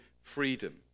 freedom